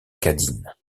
cadine